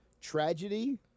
Tragedy